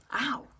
Ow